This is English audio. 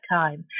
time